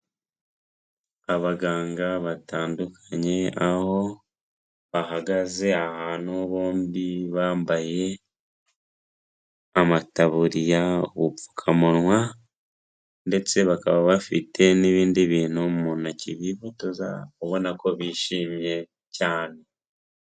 Abaganga batandukanye, aho bahagaze ahantu bombi bambaye amataburiya ubupfukamunwa ndetse bakaba bafite n'ibindi bintu mu ntoki bifotoza, ubona ko bishimye cyane.